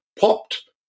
popped